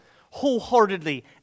wholeheartedly